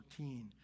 14